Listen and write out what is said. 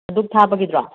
ꯙꯨꯞ ꯊꯥꯕꯒꯤꯗꯨꯔꯣ